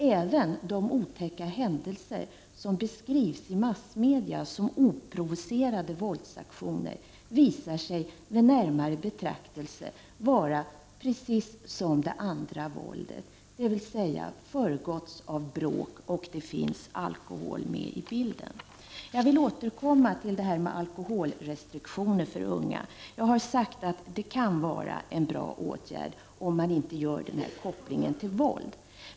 Även de otäcka händelser som i massmedia beskrivs som oprovocerade våldsaktioner visar sig vid närmare betraktelse vara precis av samma sort som det andra våldet, dvs. de har föregåtts av bråk och det finns alkohol med i bilden. Jag vill återkomma till frågan om alkoholrestriktioner för unga. Jag har sagt att detta kan vara en bra åtgärd om man inte gör någon koppling till våldet.